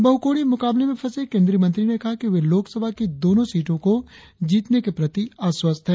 बहुकोणीय मुकाबले में फंसे केंद्रीय मंत्री ने कहा कि वे लोकसभा की दोनो सीटों को जीतने के प्रति आश्वस्त है